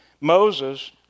Moses